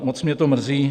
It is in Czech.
Moc mě to mrzí.